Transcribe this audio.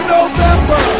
November